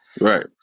Right